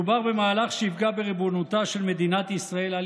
מדובר במהלך שיפגע בריבונותה של מדינת ישראל על